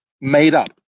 made-up